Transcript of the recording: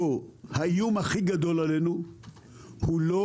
האיום הכי גדול עלינו הוא לא